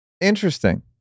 Interesting